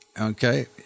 okay